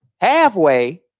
halfway